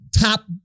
top